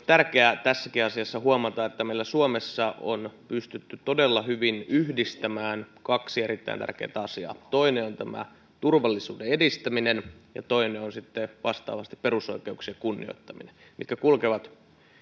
tärkeää tässäkin asiassa on huomata että meillä suomessa on pystytty todella hyvin yhdistämään kaksi erittäin tärkeätä asiaa toinen on turvallisuuden edistäminen ja toinen on sitten vastaavasti perusoikeuksien kunnioittaminen mitkä kulkevat